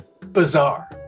bizarre